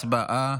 הצבעה.